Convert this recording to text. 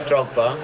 Drogba